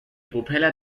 propeller